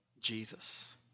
Jesus